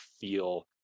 feel